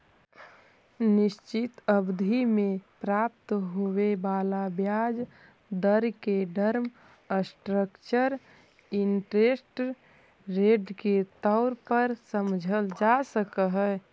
निश्चित अवधि में प्राप्त होवे वाला ब्याज दर के टर्म स्ट्रक्चर इंटरेस्ट रेट के तौर पर समझल जा सकऽ हई